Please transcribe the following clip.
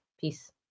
Peace